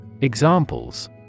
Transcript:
Examples